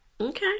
Okay